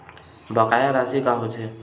बकाया राशि का होथे?